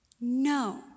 No